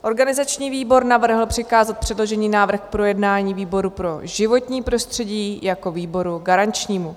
Organizační výbor navrhl přikázat předložený návrh k projednání výboru pro životní prostředí jako výboru garančnímu.